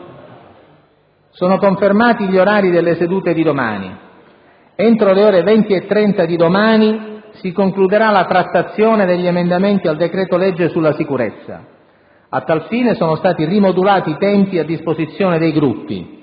Sono confermati gli orari delle sedute di domani. Entro le ore 20,30 di domani si concluderà la trattazione degli emendamenti al decreto-legge sulla sicurezza. A tal fine, sono stati rimodulati i tempi a disposizione dei Gruppi,